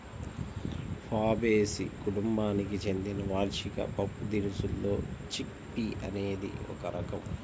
Fabaceae కుటుంబానికి చెందిన వార్షిక పప్పుదినుసుల్లో చిక్ పీ అనేది ఒక రకం